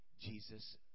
Jesus